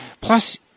Plus